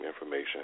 information